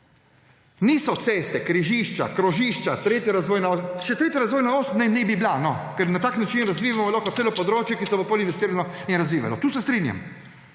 Niso ceste, križišča, krožišča, tretja razvojna os … Saj tretja razvojna os naj bi bila, ker na tak način razvijemo lahko celo območje, ki se bo potem investiralo in razvijalo, tu se strinjam.